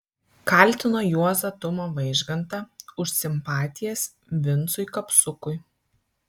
kaltino juozą tumą vaižgantą už simpatijas vincui kapsukui